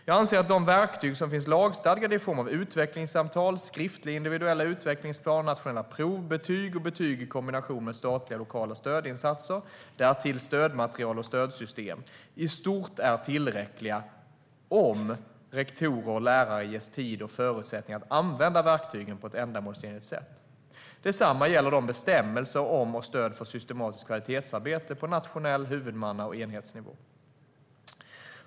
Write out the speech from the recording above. Jag anser att de verktyg som finns lagstadgade i form av utvecklingssamtal, skriftliga individuella utvecklingsplaner, nationella prov, betyg och betyg i kombination med statliga och lokala stödinsatser och därtill stödmaterial och stödsystem i stort är tillräckliga om rektorer och lärare ges tid och förutsättningar att använda verktygen på ett ändamålsenligt sätt. Detsamma gäller bestämmelserna om och stödet för systematiskt kvalitetsarbete på nationell nivå, huvudmannanivå och enhetsnivå.